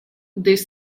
des